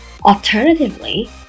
alternatively